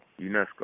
UNESCO